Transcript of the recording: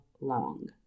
Long